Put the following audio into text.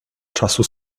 czasu